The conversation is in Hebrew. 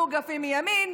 מאוגפים מימין,